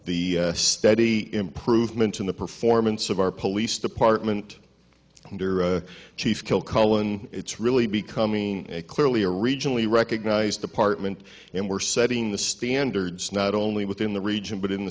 the steady improvement in the performance of our police department under a chief kilcullen it's really becoming a clearly a regionally recognized department and we're setting the standards not only within the region but in the